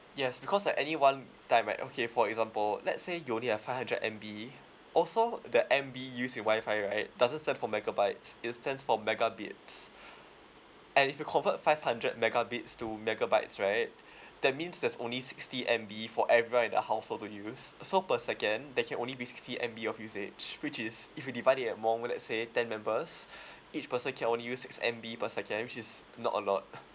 yes because at any one time right okay for example let's say you only have five hundred M_B also the M_B used in wi-fi right doesn't stand for megabytes it stands for megabits and if you convert five hundred megabits to megabytes right that means there's only sixty M_B for everyone in the household to use so per second there can only be fifty M_B of usage which is if you divide it among let's say ten members each person can only use six M_B per second which is not a lot